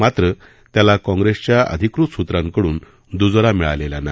मात्र त्याला काँग्रेसच्या अधिकृत सुत्रांकडून द्जोरा मिळालेला नाही